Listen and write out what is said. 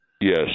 Yes